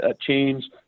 change